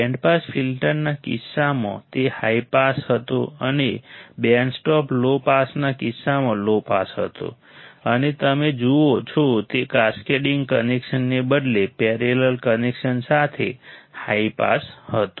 band pass ફિલ્ટરના કિસ્સામાં તે હાઈ પાસ હતો અને બેન્ડ સ્ટોપ લો પાસના કિસ્સામાં લો પાસ હતો અને તમે જુઓ છો તે કેસ્કેડીંગ કનેક્શનને બદલે પેરેલલ કનેક્શન સાથે હાઈ પાસ હતો